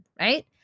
right